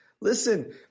Listen